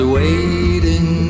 waiting